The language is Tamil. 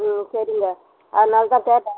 ம் சரிங்க அதனால் தான் கேட்டேன்